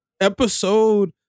episode